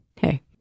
Hey